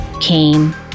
came